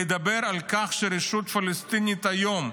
לדבר על כך שהרשות הפלסטינית היום,